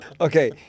Okay